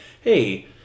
hey